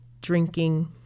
drinking